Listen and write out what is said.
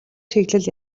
чиглэл